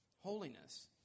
holiness